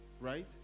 right